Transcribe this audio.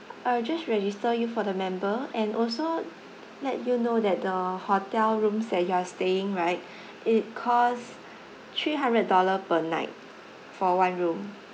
I will just register you for the member and also let you know that the hotel rooms that you are staying right it costs three hundred dollar per night for one room